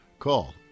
Call